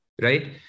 right